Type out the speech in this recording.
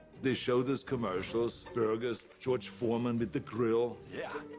they show these commercials, burgers, george foreman with the grill. yeah!